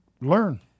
learn